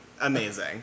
amazing